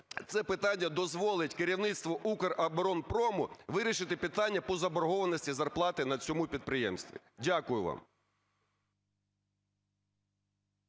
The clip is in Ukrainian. це питання дозволить керівництву "Укроборонпрому" вирішити питання по заборгованості зарплати на цьому підприємстві. Дякую вам.